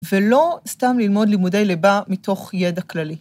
ולא סתם ללמוד לימודי ליבה מתוך ידע כללי.